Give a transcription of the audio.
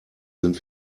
sind